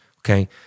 okay